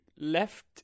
left